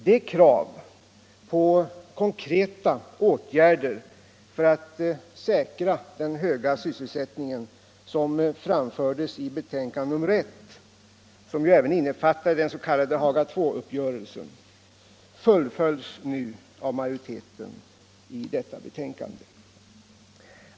De krav på konkreta åtgärder för att säkra den höga sysselsättningen som framfördes i betänkande nr 1, som även innefattade den s.k. Haga II uppgörelsen, fullföljs nu av majoriteten i detta betänkande.